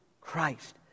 Christ